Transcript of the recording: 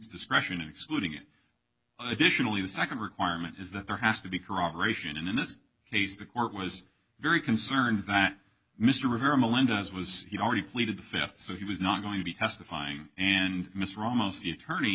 discretion in excluding it additionally the second requirement is that there has to be corroboration and in this case the court was very concerned that mr rivera melendez was already pleaded the fifth so he was not going to be testifying and mr ramos the attorney